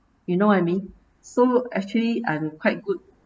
you know what I mean so actually I'm quite good